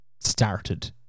started